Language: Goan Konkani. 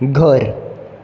घर